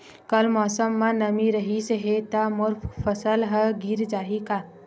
कल मौसम म नमी रहिस हे त मोर फसल ह गिर जाही का?